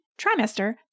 trimester